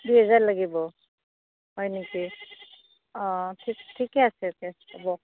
দুই হাজাৰ লাগিব হয় নেকি অঁ ঠিক ঠিকে আছে তে হ'ব